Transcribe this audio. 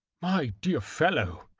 my dear fellow,